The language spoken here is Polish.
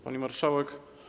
Pani Marszałek!